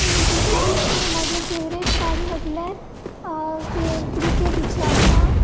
आनी तितून म्हाजो फेवरेट पार्ट म्हटल्यार क्रिकेटीचो आसा